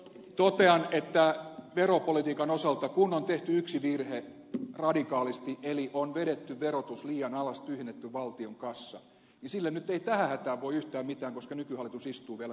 totean että kun veropolitiikan osalta on tehty yksi virhe radikaalisti eli on vedetty verotus liian alas tyhjennetty valtion kassa niin sille nyt ei tähän hätään voi yhtään mitään koska nykyhallitus istuu vielä jonkun aikaa